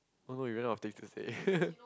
oh no you ran out things to say